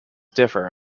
differ